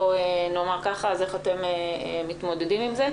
אז איך אתם מתמודדים עם זה?